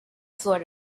sort